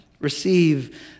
Receive